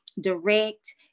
direct